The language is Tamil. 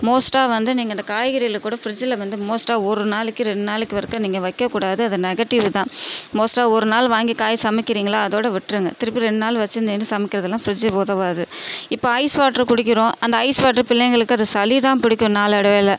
மோஸ்ட்டாக வந்து நீங்கள் இந்த காய்கறிகளில் கூட ஃபிரிட்ஜில் வந்து மோஸ்ட்டாக ஒரு நாளைக்கு ரெண்டு நாளைக்கு வரைக்கும் நீங்கள் வைக்கக்கூடாது அது நெகட்டிவ் தான் மோஸ்ட்டாக ஒரு நாள் வாங்கி காய் சமைக்கிறீங்களா அதோடு விட்டுருங்க திருப்பி ரெண்டு நாள் வச்சுருந்து சமைக்கிறதுலாம் ஃபிரிட்ஜ் உதவாது இப்போ ஐஸ் வாட்டர் குடிக்கிறோம் அந்த ஐஸ் வாட்டர் பிள்ளைங்களுக்கு அது சளி தான் பிடிக்கும் நாளடைவில்